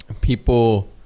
people